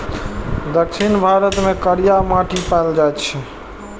दक्षिण भारत मे करिया माटि पाएल जाइ छै